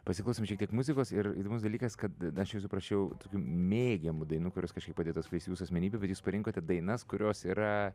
pasiklausom šiek tiek muzikos ir įdomus dalykas kad aš jūsų prašiau tokių mėgiamų dainų kurios kažkaip padėtų atskleist jūsų asmenybę bet jūs parinkote dainas kurios yra